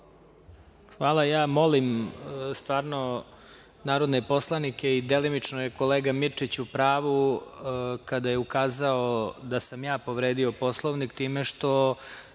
Hvala. Ja molim narodne poslanike i delimično je kolega Mirčić u pravu kada je ukazao da sam ja povredio Poslovnik time što